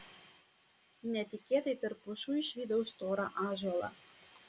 netikėtai tarp pušų išvydau storą ąžuolą